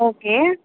okay